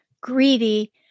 greedy